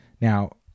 Now